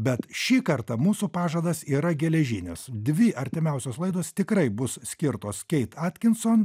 bet šį kartą mūsų pažadas yra geležinis dvi artimiausios laidos tikrai bus skirtos keit atkinson